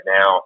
now